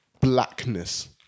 blackness